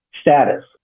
Status